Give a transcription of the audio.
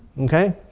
okay?